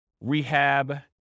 rehab